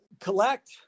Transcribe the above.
collect